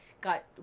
got